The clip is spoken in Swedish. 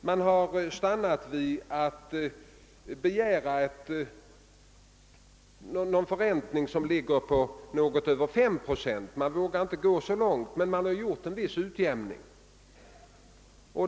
Man har stannat vid att begära en förräntning, som ligger något över 5 procent och därigenom åstadkommit en viss utjämning.